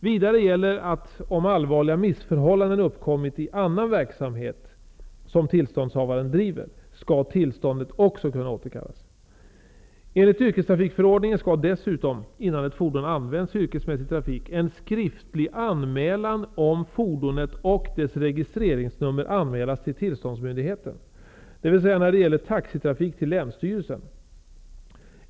Vidare gäller att om allvarliga missförhållanden uppkommit i annan verksamhet som tillståndshavaren driver, skall tillståndet också kunna återkallas. Enligt yrkestrafikförordningen skall dessutom, innan ett fordon användas i yrkesmässig trafik, en skriftlig anmälan om fordonet och dess registreringsnummer anmälas till tillståndsmyndigheten, dvs. när det gäller taxitrafik till länsstyrelsen.